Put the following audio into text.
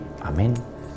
Amen